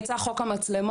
יצא חוק המצלמות,